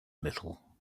little